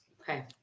Okay